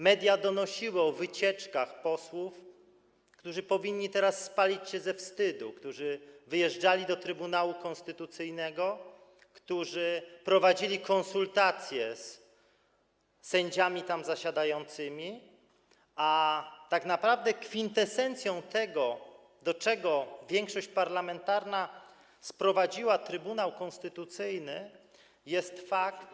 Media donosiły o wycieczkach posłów, którzy powinni teraz spalić się ze wstydu, którzy wyjeżdżali do Trybunału Konstytucyjnego, którzy prowadzili konsultacje z sędziami tam zasiadającymi, a tak naprawdę kwintesencją tego, do czego większość parlamentarna sprowadziła Trybunał Konstytucyjny, jest fakt.